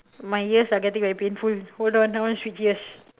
my ears are getting very painful hold on I wanna switch ears